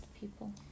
people